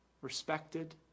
respected